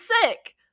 sick